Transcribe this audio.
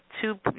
two